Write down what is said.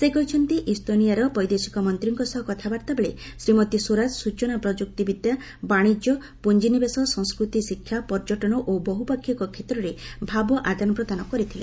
ସେ କହିଛନ୍ତି ଇସ୍ତୋନିଆର ବୈଦେଶିକ ମନ୍ତ୍ରୀଙ୍କ ସହ କଥାବାର୍ତ୍ତା ବେଳେ ଶ୍ରୀମତୀ ସ୍ୱରାଜ ସୂଚନା ପ୍ରଯୁକ୍ତି ବିଦ୍ୟା ବାଣିଜ୍ୟ ପୁଞ୍ଜିନିବେଶ ସଂସ୍କୃତି ଶିକ୍ଷା ପର୍ଯ୍ୟଟନ ଓ ବହୁପାକ୍ଷିକ କ୍ଷେତ୍ରରେ ଭାବ ଆଦାନ ପ୍ରଦାନ କରିଥିଲେ